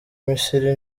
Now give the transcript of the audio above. misiri